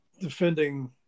defending